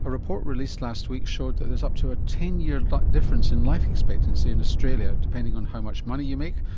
a report released last week showed that there's up to ah ten year like difference in life expectancy in australia, depending on how much money you make,